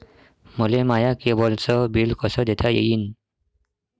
मले माया केबलचं बिल कस देता येईन?